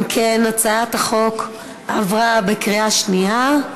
אם כן, הצעת החוק עברה בקריאה שנייה.